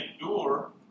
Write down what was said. endure